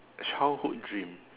childhood dream